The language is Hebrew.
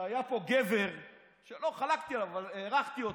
היה פה גבר שחלקתי עליו אבל הערכתי אותו,